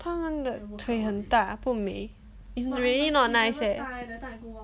他们的腿很大不美 it's really not nice eh